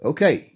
Okay